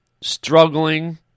struggling